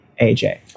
AJ